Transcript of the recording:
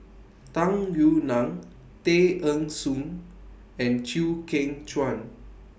Tung Yue Nang Tay Eng Soon and Chew Kheng Chuan